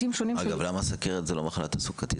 אגב, למה סוכרת זה לא מחלה תעסוקתית?